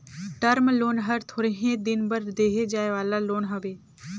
term loan हर थोरहें दिन बर देहे जाए वाला लोन हवे